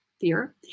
fear